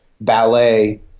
ballet